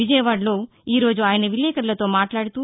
విజయవాడలో ఈ రోజు ఆయన విలేకరులతో మాట్లాడుతూ